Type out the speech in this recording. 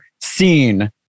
seen